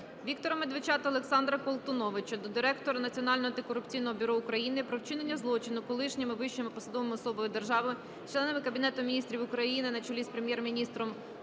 Віктора Медведчука та Олександра Колтуновича до директора Національного антикорупційного бюро України про вчинення злочину колишніми вищими посадовими особами держави – членами Кабінету Міністрів України на чолі із Прем'єр-міністром